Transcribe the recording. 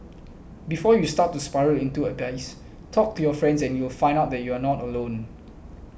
before you start to spiral into the abyss talk to your friends and you'll find that you are not alone